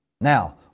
Now